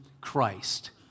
Christ